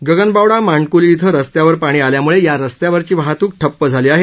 गगनबावडा मांडकली इथं रस्त्यावर पाणी आल्यामळे या रस्त्यावरची वाहतक ठप्प झाली आहे